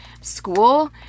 school